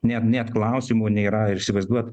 net net klausimo nėra ir įsivaizduot